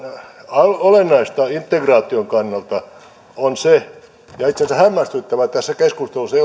olennaista integraation kannalta on se ja itse asiassa on hämmästyttävää että tässä keskustelussa